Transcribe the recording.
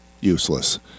useless